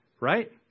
right